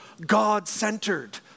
God-centered